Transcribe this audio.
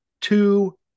two